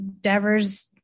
Devers